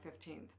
15th